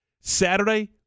Saturday